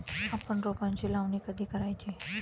आपण रोपांची लावणी कधी करायची?